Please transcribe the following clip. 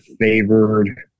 favored